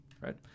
Right